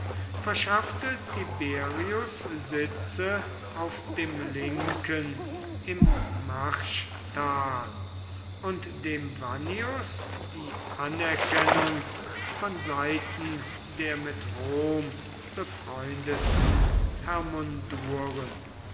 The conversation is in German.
verschaffte tiberius sitze auf dem linken im marsch und dem vannius die anerkennung von seiten der mit rom befreundeten